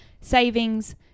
savings